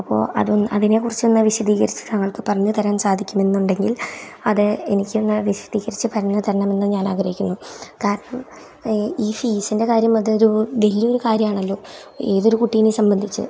അപ്പോൾ അതൊന്ന് അതിനെ കുറിച്ചൊന്ന് വിശദീകരിച്ച് താങ്കൾക്ക് പറഞ്ഞ് തരാൻ സാധിക്കും എന്നുണ്ടെങ്കിൽ അത് എനിക്കൊന്ന് വിശദീകരിച്ച് പറഞ്ഞ് തരണമെന്ന് ഞാൻ ആഗ്രഹിക്കുന്നു കാരണം ഈ ഈ ഫീസിൻ്റെ കാര്യം അതൊരു വലിയ ഒരു കാര്യമാണല്ലോ ഏതൊരു കുട്ടിയെ സംബന്ധിച്ചും